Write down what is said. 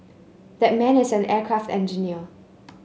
that man is an aircraft engineer